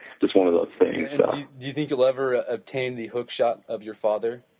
just one of those things do you think you will ever ah obtain the hook shot of your father?